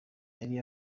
yari